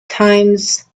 times